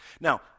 Now